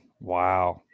wow